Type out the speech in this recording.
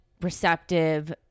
receptive